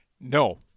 No